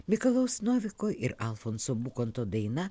mikalojaus noviko ir alfonso bukonto daina